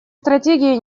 стратегия